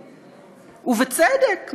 ובצדק,